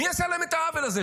מי עשה להם את העוול הזה?